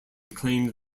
claimed